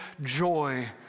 joy